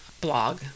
blog